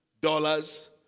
dollars